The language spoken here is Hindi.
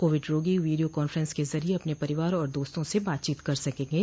कोविड रोगी वीडियो कान्फ्रेंस के जरिए अपने परिवार और दोस्तों से बातचीत कर सकेंगे